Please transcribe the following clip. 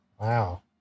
wow